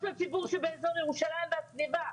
של הציבור באזור ירושלים והסביבה.